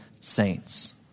saints